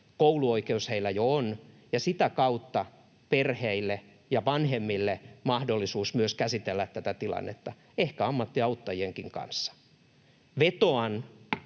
kouluoikeus heillä jo on — ja sitä kautta perheille ja vanhemmille myös mahdollisuus käsitellä tätä tilannetta, ehkä ammattiauttajienkin kanssa. Vetoan